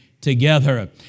together